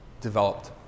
developed